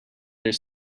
their